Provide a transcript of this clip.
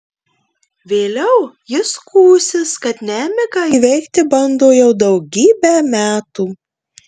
vėliau ji skųsis kad nemigą įveikti bando jau daugybę metų